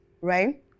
right